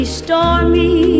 Stormy